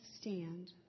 stand